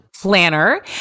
planner